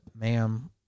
Ma'am